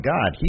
God